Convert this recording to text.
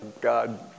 God